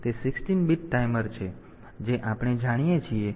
તેથી તે 16 bit timer છે જે આપણે જાણીએ છીએ